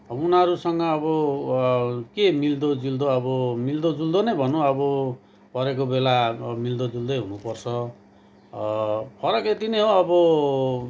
उनीहरूसँग अब के मिल्दो जुल्दो अब मिल्दो जुल्दो नै भनौँ अब परेको बेला अब मिल्दो जुल्दो नै हुनुपर्छ फरक यति नै हो अब